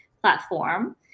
platform